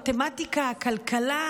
מתמטיקה וכלכלה,